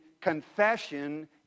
confession